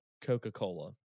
Coca-Cola